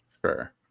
Sure